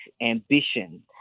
ambition